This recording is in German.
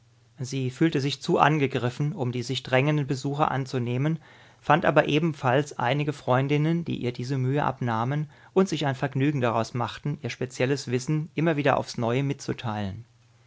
sie fühlte sich zu angegriffen um die sich drängenden besuche anzunehmen fand aber ebenfalls einige freundinnen die ihr diese mühe abnahmen und sich ein vergnügen daraus machten ihr spezielles wissen immer wieder aufs neue mitzuteilen